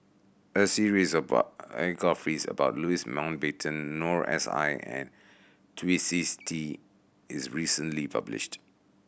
a series of biographies about Louis Mountbatten Noor S I and Twisstii is recently published